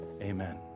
Amen